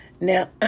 now